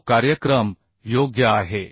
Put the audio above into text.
तो कार्यक्रम योग्य आहे